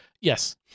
Yes